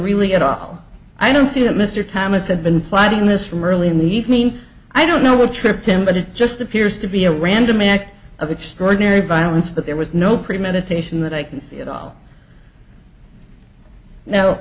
really at all i don't see that mr thomas had been plotting this from early in the evening i don't know what tripped him but it just appears to be a random act of extraordinary violence but there was no premeditation that i can see at all now